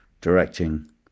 directing